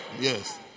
Yes